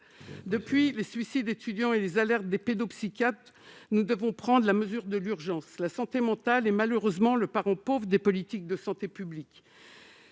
suicides des étudiants et les alertes des pédopsychiatres nous imposent de prendre la mesure de l'urgence. La santé mentale est malheureusement le parent pauvre des politiques de santé publique.